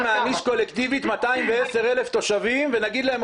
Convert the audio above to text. נעניש קולקטיבית 210,000 תושבים ונגיד להם,